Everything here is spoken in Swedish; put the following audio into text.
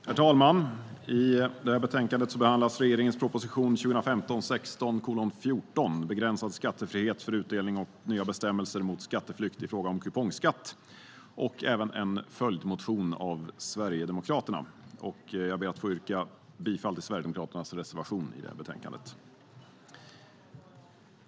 Begränsad skattefrihet för utdelning och nya bestämmelser mot skatteflykt i fråga om kupongskatt Herr talman! I detta betänkande behandlas regeringens proposition 2015/16:14, Begränsad skattefrihet för utdelning och nya bestämmelser mot skatteflykt i fråga om kupongskatt , samt en följdmotion av Sverigedemokraterna. Jag ber att få yrka bifall till Sverigedemokraternas reservation i betänkandet.